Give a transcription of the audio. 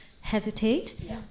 hesitate